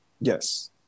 Yes